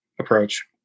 approach